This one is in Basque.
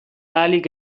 ahalik